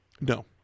No